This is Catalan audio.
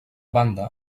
banda